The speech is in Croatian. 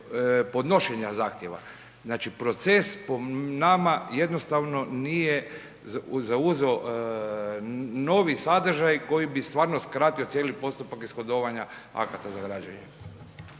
podnošenja zahtjeva. Znači proces po nama jednostavno nije zauzeo novi sadržaj koji bi stvarno skratio cijeli postupak ishodovanja akata za građenje.